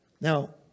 Now